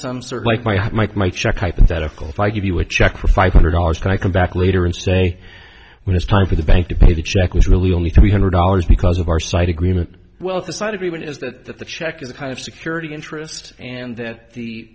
some sort of like my have mike my check hypothetical if i give you a check for five hundred dollars can i come back later and say when it's time for the bank to pay the check was really only three hundred dollars because of our side agreement well the side of the win is that the check is a kind of security interest and that the